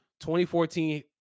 2014